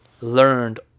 learned